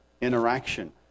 interaction